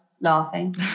laughing